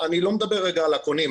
אני לא מדבר כרגע על קונים,